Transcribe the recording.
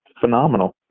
phenomenal